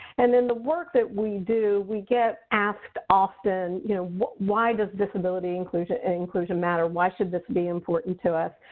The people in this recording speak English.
and in the work that we do, we get asked often you know why does disability inclusion and inclusion matter? why should this be important to us?